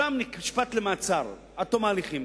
אדם נשפט למעצר עד תום ההליכים,